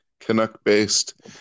Canuck-based